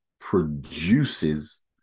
produces